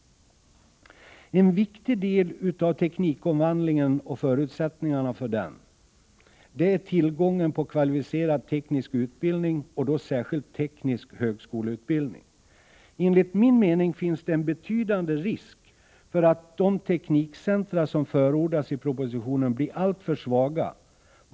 En viktig del av förutsättningarna för teknikomvandlingen är tillgången på kvalificerad teknisk utbildning, särskilt teknisk högskoleutbildning. Enligt min mening finns det en betydande risk för att de teknikcentra som förordas i propositionen blir alltför svaga.